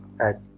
add